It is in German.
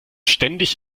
ständig